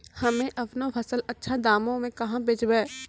हम्मे आपनौ फसल अच्छा दामों मे कहाँ बेचबै?